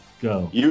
Go